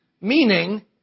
meaning